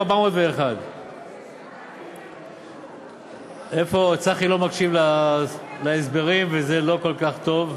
1401. צחי לא מקשיב להסברים, וזה לא כל כך טוב.